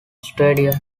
stadion